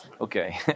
Okay